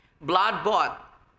blood-bought